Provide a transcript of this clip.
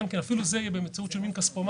אפילו זה יהיה באמצעות של מין כספומט.